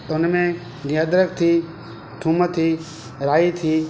त हुनमें जीअं अदरक थी थूम थी राई थी